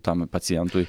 tam pacientui